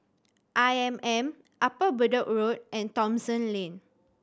I M M Upper Bedok Road and Thomson Lane